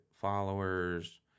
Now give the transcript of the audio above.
followers